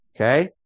okay